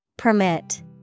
Permit